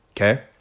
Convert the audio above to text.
okay